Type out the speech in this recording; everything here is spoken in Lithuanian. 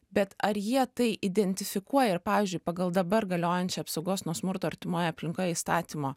bet ar jie tai identifikuoja ir pavyzdžiui pagal dabar galiojančią apsaugos nuo smurto artimoje aplinkoje įstatymo